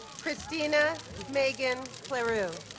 christina megan cleroux